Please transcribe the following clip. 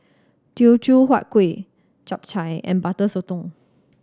Teochew Huat Kueh Chap Chai and Butter Sotong